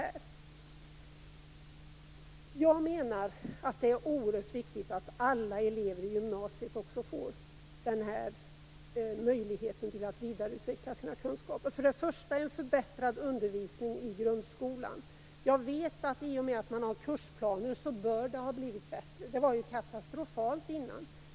Det är oerhört viktigt att alla elever i gymnasiet får denna möjlighet att vidareutveckla sina kunskaper. För det första måste det bli en förbättrad undervisning i grundskolan. I och med att man har kursplaner bör det ha blivit bättre. Det var katastrofalt innan.